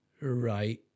Right